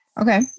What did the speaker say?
Okay